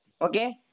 Okay